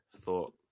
thought